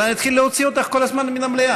אבל אני אתחיל להוציא אותך כל הזמן מהמליאה.